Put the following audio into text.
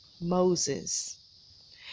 Moses